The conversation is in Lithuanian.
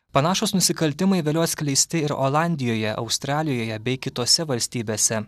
panašūs nusikaltimai vėliau atskleisti ir olandijoje australijoje bei kitose valstybėse